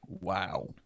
wow